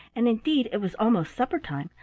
and indeed it was almost supper-time,